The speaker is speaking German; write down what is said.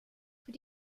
für